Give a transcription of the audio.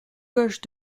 gauche